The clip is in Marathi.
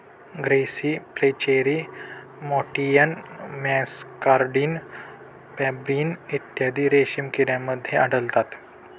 ग्रेसी फ्लेचेरी मॅटियन मॅसकार्डिन पेब्रिन इत्यादी रेशीम किड्यांमध्ये आढळतात